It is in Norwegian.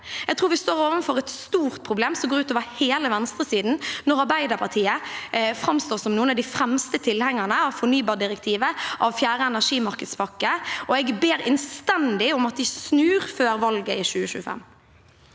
Jeg tror vi står overfor et stort problem som går utover hele venstresiden når Arbeiderpartiet framstår som noen av de fremste tilhengerne av fornybardirektivet og fjerde energimarkedspakke, og jeg ber innstendig om at de snur før valget i 2025.